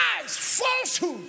falsehood